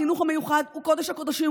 החינוך המיוחד הוא קודש-הקודשים.